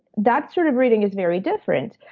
that sort of reading is very different.